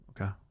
Okay